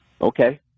Okay